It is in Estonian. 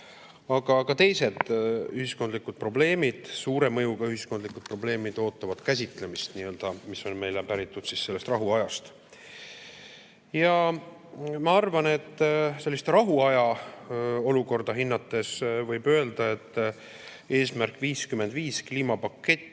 ka teised ühiskondlikud probleemid, suure mõjuga ühiskondlikud probleemid ootavad käsitlemist, mis on päritud sellest rahuajast. Ja ma arvan, et sellist rahuaja olukorda hinnates võib öelda, et "Eesmärk 55" kliimapakett